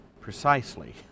precisely